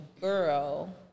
girl